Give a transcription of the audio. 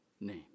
name